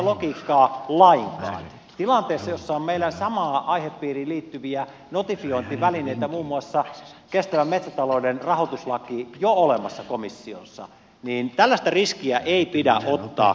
tilanteessa jossa on meillä samaan aihepiiriin liittyviä notifiointivälineitä muun muassa kestävän metsätalouden rahoituslaki jo olemassa komissiossa tällaista riskiä ei pidä ottaa